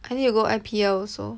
I need to go I_P_L also